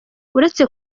uretse